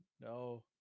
No